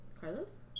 carlos